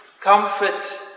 Comfort